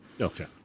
Okay